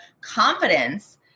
confidence